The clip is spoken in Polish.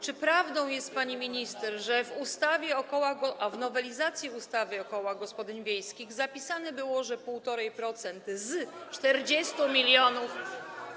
Czy prawdą jest, pani minister, że w ustawie o kołach, w nowelizacji ustawy o kołach gospodyń wiejskich zapisane było, że półtorej procent z 40 mln.